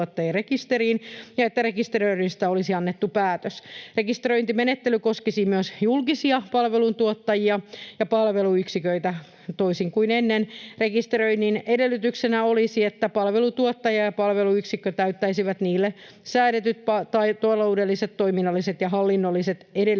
ja että rekisteröinnistä olisi annettu päätös. Rekisteröintimenettely koskisi myös julkisia palveluntuottajia ja palveluyksiköitä. Toisin kuin ennen rekisteröinnin edellytyksenä olisi, että palveluntuottaja ja palveluyksikkö täyttäisivät niille säädetyt taloudelliset, toiminnalliset ja hallinnolliset edellytykset.